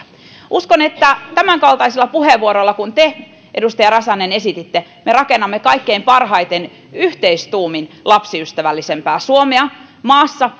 uskon että tämänkaltaisilla puheenvuoroilla kuin mitä te edustaja räsänen esititte me rakennamme kaikkein parhaiten yhteistuumin lapsiystävällisempää suomea maassa